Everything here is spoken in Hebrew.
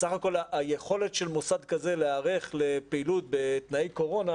בסך הכול היכולת של מוסד כזה להיערך לפעילות בתנאי קורונה,